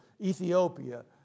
Ethiopia